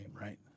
right